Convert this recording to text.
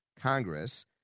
Congress